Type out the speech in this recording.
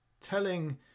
telling